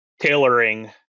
tailoring